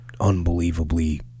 unbelievably